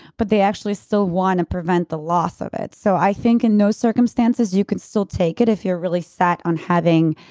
but they actually still want to prevent the loss of it. so i think in those circumstances you can still take it if you're really set on having.